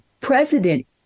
president